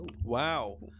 Wow